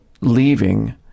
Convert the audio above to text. leaving